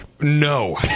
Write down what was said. no